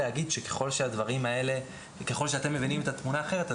כדי להגיד שככל שאתם מבינים את התמונה אחרת,